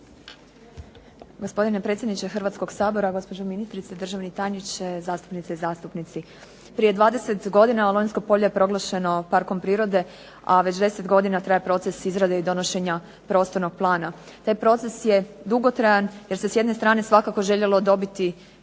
Gospodine predsjedniče Hrvatskoga sabora, gospođo ministrice, državni tajniče, zastupnice i zastupnici. Prije 20 godina Lonjsko polje je proglašeno parkom prirode, a već 10 godina traje proces izrade i donošenja prostornog plana. Taj proces je dugotrajan jer se s jedne strane svakako željelo dobiti